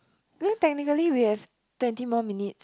then technically we have twenty more minutes